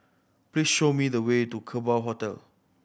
please show me the way to Kerbau Hotel